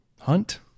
hunt